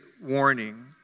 warning